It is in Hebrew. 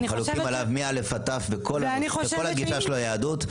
חלוקים עליו מ-א' ועד ת' בכל הגישה של היהדות.